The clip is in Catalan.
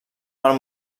mal